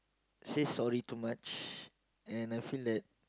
say sorry too much and I feel that